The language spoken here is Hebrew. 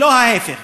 ולא ההפך.